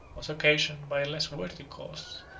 was occasioned by a less worthy cause.